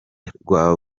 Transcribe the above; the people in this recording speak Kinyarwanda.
rwa